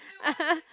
ah !huh!